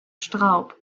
straub